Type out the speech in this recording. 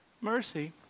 Mercy